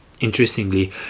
Interestingly